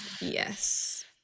yes